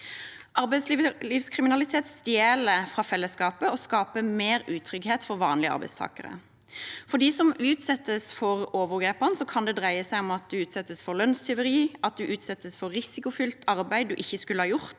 Arbeidslivskriminalitet stjeler fra fellesskapet og skaper mer utrygghet for vanlige arbeidstakere. For dem som utsettes for overgrepene, kan det dreie seg om at man utsettes for lønnstyveri, at man utsettes for risikofylt arbeid man ikke skulle ha gjort,